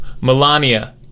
Melania